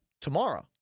tomorrow